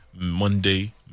Monday